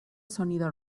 sonido